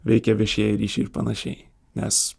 veikia viešieji ryšiai ir panašiai nes